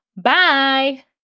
Bye